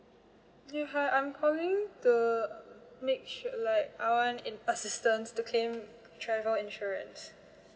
ya hi I'm calling to make like I want an assistance to claim travel insurance